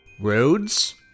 Roads